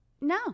no